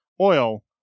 oil